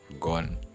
gone